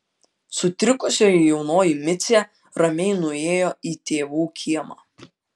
sutrikusi jaunoji micė ramiai nuėjo į tėvų kiemą